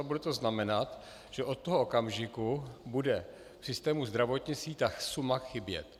Bude to znamenat, že od toho okamžiku bude v systému zdravotnictví ta suma chybět.